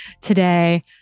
today